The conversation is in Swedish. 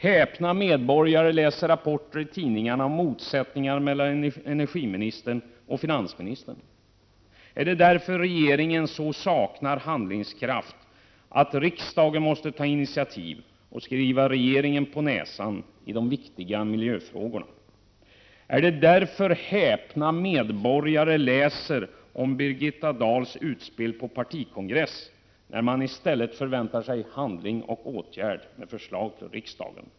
Häpna medborgare läser rapporter i tidningarna om motsättningar mellan energiministern och finansministern. Är det därför regeringen saknar handlingskraft, så att riksdagen måste ta initiativ och skriva regeringen på näsan i de viktiga miljöfrågorna? Är det därför häpna medborgare får läsa om Birgitta Dahls utspel på partikongressen, när de i stället förväntar sig handlande och åtgärder samt förslag till riksdagen?